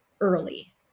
early